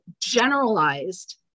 generalized